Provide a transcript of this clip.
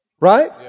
Right